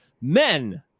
men